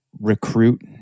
recruit